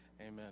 Amen